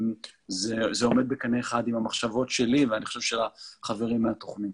זה עולה בקנה אחד עם המחשבות שלי ואני חושב שגם של החברים מהתוכנית.